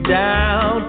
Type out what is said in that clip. down